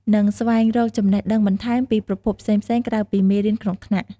និងស្វែងរកចំណេះដឹងបន្ថែមពីប្រភពផ្សេងៗក្រៅពីមេរៀនក្នុងថ្នាក់។